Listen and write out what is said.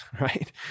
right